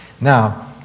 Now